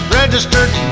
registered